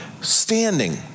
standing